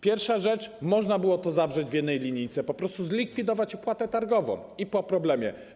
Pierwszą rzecz można było zawrzeć w jednej linijce, po prostu zlikwidować opłatę targową i po problemie.